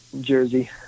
jersey